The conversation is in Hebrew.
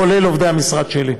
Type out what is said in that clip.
כולל עובדי המשרד שלי.